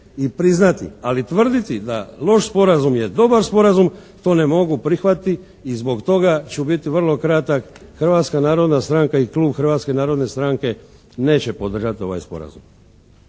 i priznati. Ali tvrditi da loš sporazum je dobar sporazum to ne mogu prihvatiti. I zbog toga ću biti vrlo kratak, Hrvatska narodna stranka i Klub Hrvatske narodne stranke neće podržati ovaj sporazum.